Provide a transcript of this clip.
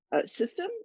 system